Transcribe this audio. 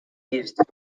used